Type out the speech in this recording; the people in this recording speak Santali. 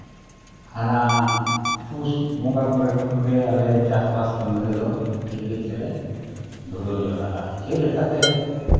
ᱦᱟᱱᱟ ᱯᱩᱥ ᱵᱚᱸᱜᱟ ᱠᱚᱨᱮ ᱠᱷᱚᱱ ᱜᱮ ᱟᱞᱮ ᱪᱟᱥᱵᱟᱥ ᱠᱟᱹᱢᱤ ᱨᱮᱫᱚ ᱠᱟᱹᱡᱼᱠᱟᱹᱡ ᱞᱮᱠᱟᱛᱮ ᱫᱷᱩᱨᱟᱹᱣ ᱡᱟᱣᱨᱟᱜᱼᱟ ᱪᱮᱫ ᱞᱮᱠᱟᱛᱮ